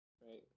right